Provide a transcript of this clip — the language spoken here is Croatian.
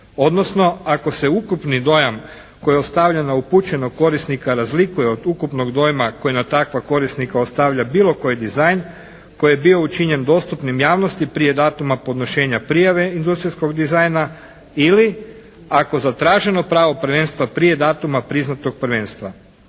odnosno ako se ukupni dojam koji ostavlja na upućenog korisnika razlikuje od ukupnog dojma koji na takva korisnika ostavlja bilo koji dizajn koji je bio učinjen dostupnim javnosti prije datuma podnošenja prijave industrijskog dizajna ili ako zatraženo pravo prvenstva prije datuma priznatog prvenstva.